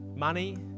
money